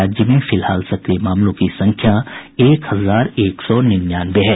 राज्य में फिलहाल सक्रिय मामलों की संख्या एक हजार एक सौ निन्यानवे है